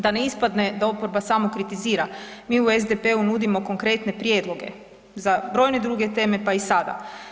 Da ne ispadne da oporba samo kritizira, mi u SDP-u nudimo konkretne prijedloge za brojne druge teme, pa i sada.